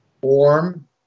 warm